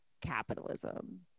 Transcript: capitalism